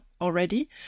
already